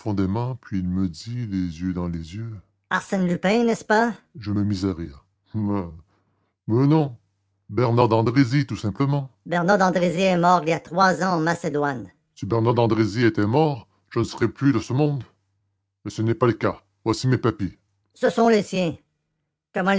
puis il me dit les yeux dans les yeux arsène lupin n'est-ce pas je me mis à rire non bernard d'andrézy tout simplement bernard d'andrézy est mort il y a trois ans en macédoine si bernard d'andrézy était mort je ne serais plus de ce monde et ce n'est pas le cas voici mes papiers ce sont les siens comment